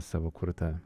savo kurtą